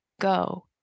go